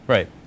Right